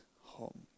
home